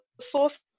source